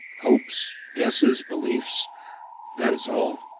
hopes, guesses, beliefs that is all.